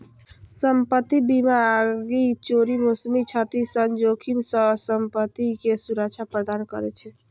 संपत्ति बीमा आगि, चोरी, मौसमी क्षति सन जोखिम सं संपत्ति कें सुरक्षा प्रदान करै छै